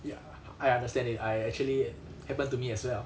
ya I understand it I actually happened to me as well